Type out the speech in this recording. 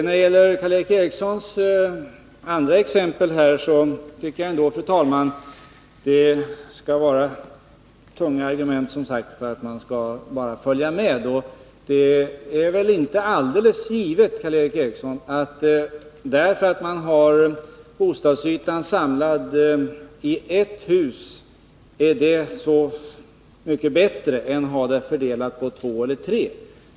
När det gäller Karl Erik Erikssons andra exempel så tycker jag, fru talman, att det måste vara tunga argument för att man bara skall följa med. Det är väl inte alldeles givet, Karl Erik Eriksson, att det är så mycket bättre att ha bostadsytan samlad i ett hus än att ha den fördelad på två eller tre hus.